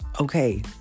okay